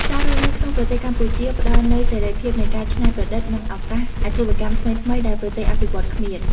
ការរស់នៅក្នុងប្រទេសកម្ពុជាផ្តល់នូវ "សេរីភាពនៃការច្នៃប្រឌិត" និងឱកាសអាជីវកម្មថ្មីៗដែលប្រទេសអភិវឌ្ឍន៍គ្មាន។